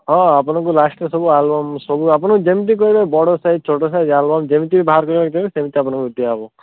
ହଁ ଆପଣଙ୍କୁ ଲାଷ୍ଟ୍ରେ ସବୁ ଆଲବମ୍ ସବୁ ଆପଣଙ୍କୁ ଯେମତି କହିବେ ବଡ଼ ସାଇଜ୍ ଛୋଟ ସାଇଜ୍ ଆଲବମ୍ ଯେମତି ବାହାର କରିବାକୁ କହିବେ ସେମତି ଆପଣଙ୍କୁ ଦିଆହେବ